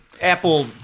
apple